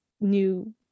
new